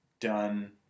done